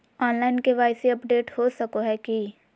Online KYC update हो सको है की?